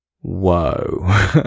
Whoa